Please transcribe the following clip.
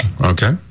Okay